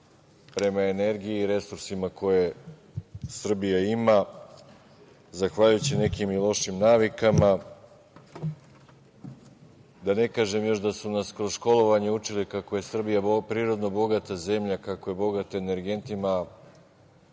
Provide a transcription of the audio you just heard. prema energiji i resursima koje Srbija ima, zahvaljujući nekim lošim navikama, da ne kažem da su nas kroz školovanje učili kako je Srbija prirodno bogata zemlja, kako je bogata energentima